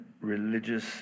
religious